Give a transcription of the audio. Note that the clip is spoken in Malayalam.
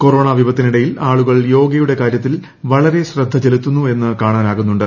കൊറോണ വിപത്തിനിടയിൽ ആളുകൾ യോഗയുടെ കാര്യത്തിൽ വളരെ ശ്രദ്ധ ചെലത്തുന്നു എന്നു കാണാനാകുന്നുണ്ട്